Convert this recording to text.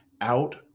out